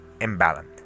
imbalanced